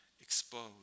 exposed